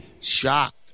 shocked